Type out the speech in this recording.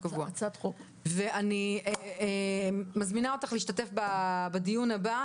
אני מזמינה אותך להשתתף בדיון הבא.